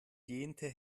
gähnte